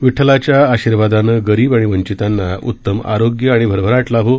विठठलाच्या आशीर्वादाने गरीब आणि वंचितांना उत्तम आरोग्य आणि भरभराट लाभो